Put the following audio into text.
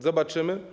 Zobaczymy.